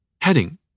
Heading